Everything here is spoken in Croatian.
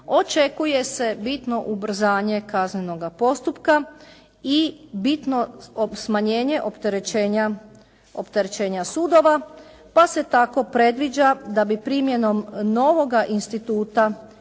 očekuje se bitno ubrzanje kaznenoga postupka i bitno smanjenje opterećenja sudova pa se tako predviđa da bi primjenom novoga instituta